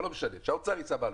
אבל לא משנה, שהאוצר יישא בעלויות.